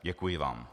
Děkuji vám.